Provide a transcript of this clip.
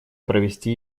провести